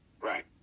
Right